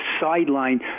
sideline